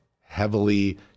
heavily